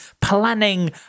planning